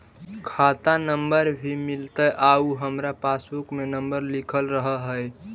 खाता नंबर भी मिलतै आउ हमरा पासबुक में नंबर लिखल रह है?